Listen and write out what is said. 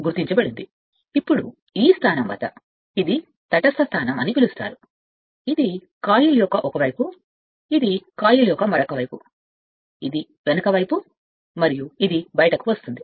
గుర్తించబడింది ఇప్పుడు ఈ స్థానం వద్ద మీరు కనుగొంటారు కాబట్టి మీరు ఆ సమయంలో ఇది తటస్థ స్థానం అని పిలుస్తారు దీనిని కాయిల్ యొక్క ఒక వైపు అంటారు ఇది తీగచుట్ట యొక్క మరొక వైపు ఇది వెనుక వైపు మరియు ఇది బయటకు వస్తోంది